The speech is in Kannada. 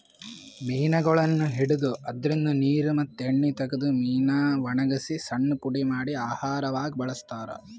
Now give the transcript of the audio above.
ಮೀನಗೊಳನ್ನ್ ಹಿಡದು ಅದ್ರಿನ್ದ ನೀರ್ ಮತ್ತ್ ಎಣ್ಣಿ ತಗದು ಮೀನಾ ವಣಗಸಿ ಸಣ್ಣ್ ಪುಡಿ ಮಾಡಿ ಆಹಾರವಾಗ್ ಬಳಸ್ತಾರಾ